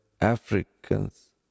Africans